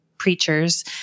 preachers